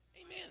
amen